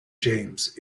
james